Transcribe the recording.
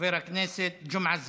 חבר הכנסת ג'מעה אזברגה.